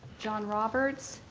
jon roberts,